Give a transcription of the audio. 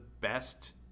best